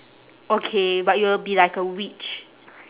okay but you will be like a witch